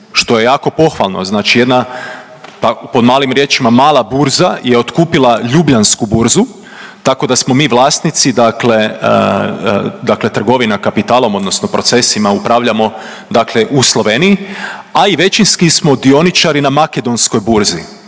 što je jako pohvalno. Znači jedna pod malim riječima mala burza je otkupila Ljubljansku burzu tako da smo mi vlasnici, dakle, dakle trgovina kapitalom odnosno procesima upravljamo dakle u Sloveniji, a i većinski smo dioničari na Makedonskoj burzi